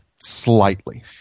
slightly